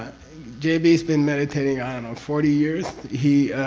jb has been meditating, i don't know, forty years, he.